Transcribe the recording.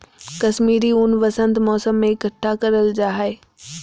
कश्मीरी ऊन वसंत मौसम में इकट्ठा करल जा हय